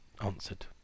answered